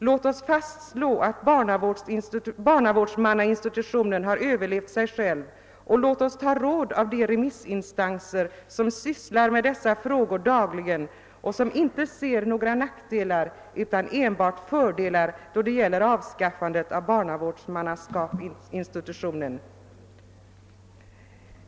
Låt oss fastslå att barnavårdsmannainstitutionen har överlevt sig själv, och låt oss ta råd av de remissinstanser som sysslar med dessa frågor dagligen och som inte ser några nackdelar, utan enbart fördelar med avskaffande av barnavårdsmannainstitutionen.